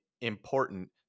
important